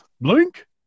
Blink